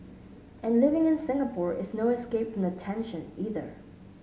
and living in Singapore is no escape from the tension either